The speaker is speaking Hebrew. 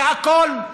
זה הכול.